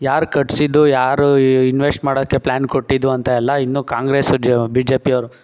ಯಾರು ಕಟ್ಟಿಸಿದ್ದು ಯಾರು ಇನ್ವೆಸ್ಟ್ ಮಾಡೋಕ್ಕೆ ಪ್ಲ್ಯಾನ್ ಕೊಟ್ಟಿದ್ದು ಅಂತ ಎಲ್ಲ ಇನ್ನೂ ಕಾಂಗ್ರೆಸ್ಸು ಬಿ ಜೆ ಪಿ ಅವರ ಮಧ್ಯೆ